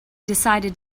decided